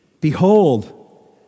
behold